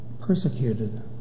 Persecuted